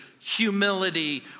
humility